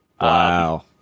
Wow